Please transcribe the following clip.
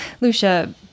Lucia